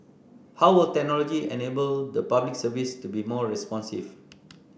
how will technology enable the Public Service to be more responsive